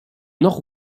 nord